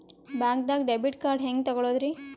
ಬ್ಯಾಂಕ್ದಾಗ debit card ಹೆಂಗ್ ತಗೊಳದ್ರಿ?